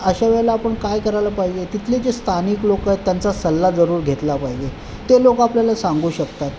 अशा वेळेला आपण काय करायला पाहिजे तिथले जे स्थानिक लोक आहेत त्यांचा सल्ला जरूर घेतला पाहिजे ते लोक आपल्याला सांगू शकतात